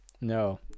no